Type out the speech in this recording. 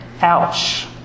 Ouch